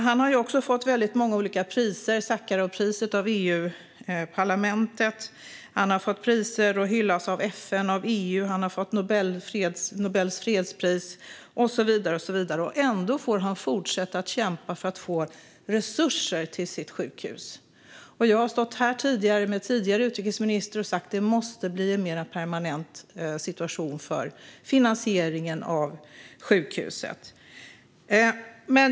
Han har fått väldigt många olika priser, till exempel Sacharovpriset av EU-parlamentet. Han har fått priser och hyllats av FN och EU, och han har fått Nobels fredspris. Ändå får han fortsätta att kämpa för att få resurser till sitt sjukhus. Jag har stått här förut med en tidigare utrikesminister och sagt att det måste bli en mer permanent situation för finansieringen av sjukhuset.